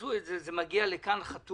עשו את זה זה מגיע לכאן חתום,